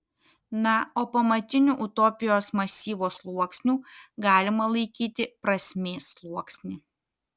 na o pamatiniu utopijos masyvo sluoksniu galima laikyti prasmės sluoksnį